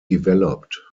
developed